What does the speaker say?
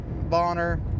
Bonner